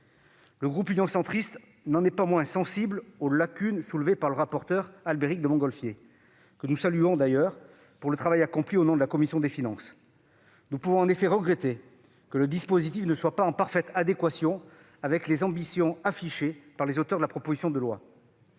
Le groupe Union Centriste n'en est pas moins sensible aux lacunes soulevées par le rapporteur, Albéric de Montgolfier, dont nous voulons saluer le travail accompli au nom de la commission des finances. Nous pouvons en effet regretter que le dispositif ne soit pas en parfaite adéquation avec les ambitions affichées par les auteurs de la proposition de loi.